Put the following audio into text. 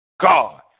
God